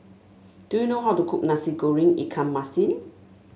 do you know how to cook Nasi Goreng Ikan Masin